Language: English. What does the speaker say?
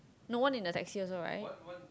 no one in the taxi also right